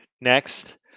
next